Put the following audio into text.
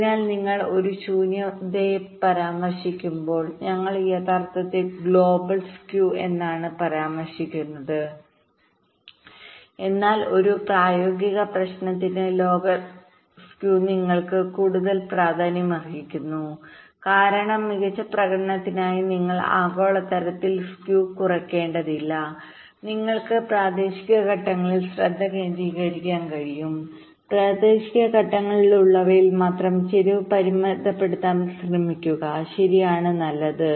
അതിനാൽ നിങ്ങൾ ഒരു ശൂന്യതയെ പരാമർശിക്കുമ്പോൾ ഞങ്ങൾ യഥാർത്ഥത്തിൽ ഗ്ലോബൽ സ്ക്യൂഎന്നാണ് പരാമർശിക്കുന്നത് എന്നാൽ ഒരു പ്രായോഗിക പ്രശ്നത്തിന് ലോക്കൽ സ്കൂ നിങ്ങൾക്ക് കൂടുതൽ പ്രാധാന്യമർഹിക്കുന്നു കാരണം മികച്ച പ്രകടനത്തിനായി നിങ്ങൾ ആഗോളതലത്തിൽ സ്ക്യൂ കുറയ്ക്കേണ്ടതില്ല നിങ്ങൾക്ക് പ്രാദേശിക ഘടകങ്ങളിൽ ശ്രദ്ധ കേന്ദ്രീകരിക്കാൻ കഴിയും പ്രാദേശിക ഘടകങ്ങളിലുള്ളവയിൽ മാത്രം ചരിവ് പരിമിതപ്പെടുത്താൻ ശ്രമിക്കുക ശരിയാണ് നല്ലത്